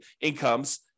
incomes